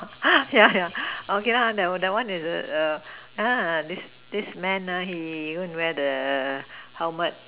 !huh! yeah yeah okay lah that that one is err yeah this this man ah he go and wear the helmet